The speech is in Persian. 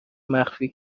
مخفی